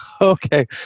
Okay